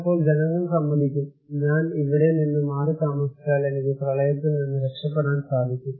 ചിലപ്പോൾ ജനങ്ങൾ സമ്മതിക്കും ഞാൻ ഇവിടെ നിന്ന് മാറി താമസിച്ചാൽ എനിക്ക് പ്രളയത്തിൽ നിന്ന് രക്ഷപ്പെടാൻ സാദിക്കും